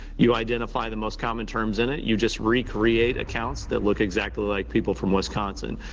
you identify the most common terms in it, you just recreate accounts that look exactly like people from wisconsin.